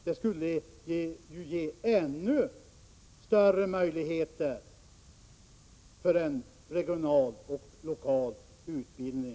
Det skulle ge ännu större möjligheter till regional och lokal utbildning.